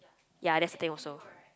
ya that's the thing also